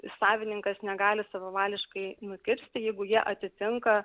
savininkas negali savavališkai nukirsti jeigu jie atitinka